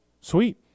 Sweet